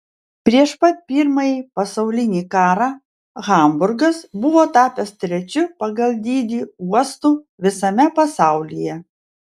prieš pat pirmąjį pasaulinį karą hamburgas buvo tapęs trečiu pagal dydį uostu visame pasaulyje